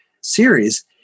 series